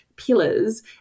pillars